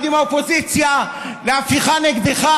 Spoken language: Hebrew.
מי שעושה פה פוטש זה לא המשטרה ולא הפרקליטים שמלווים את החקירה.